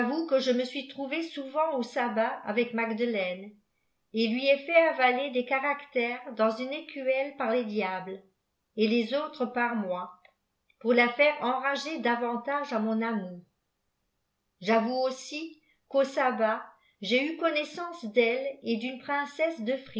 que je me suis trouvée souvent au sablmt avec ilàgdelaine et lui ai fait avaler des e r ractères dans une écuelle par les diables et les autres ptafr lûfdiy pour la faire enrar datvantage mon amour j'avoue auiu'ata sabbat j'ai eu connaissance d'elle et dunç princesse de